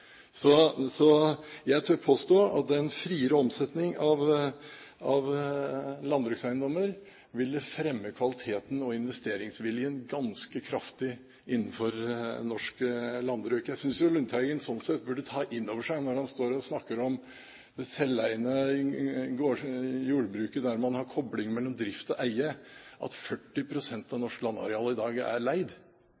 Så jeg tør påstå at en friere omsetning av landbrukseiendommer ville fremme kvaliteten og investeringsviljen ganske kraftig innenfor det norske landbruket. Jeg synes jo Lundteigen sånn sett burde ta inn over seg når han står og snakker om det selveiende jordbruket der man har kobling mellom drift og eie, at 40 pst. av